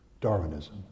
Darwinism